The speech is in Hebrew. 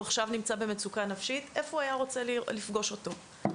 הוא נמצא עכשיו במצוקה נפשית איפה הוא היה רוצה לפגוש אותו,